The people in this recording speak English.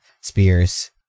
spears